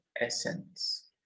essence